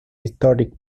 historic